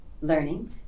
learning